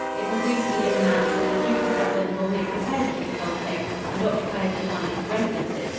it has recently been announced that the duke of rutland will make repairs to this old place and occupy it as one of his residences,